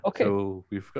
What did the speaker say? Okay